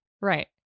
Right